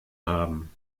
haben